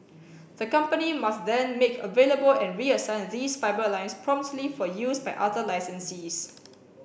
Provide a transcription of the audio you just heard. the company must then make available and reassign these fibre lines promptly for use by other licensees